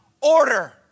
order